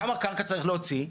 כמה קרקע צריך להוציא?